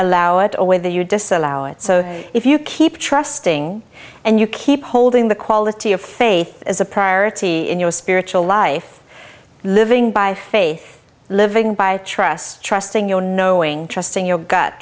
allow it a way that you disallow it so if you keep trusting and you keep holding the quality of faith as a priority in your spiritual life living by faith living by trust trusting your knowing trusting your gut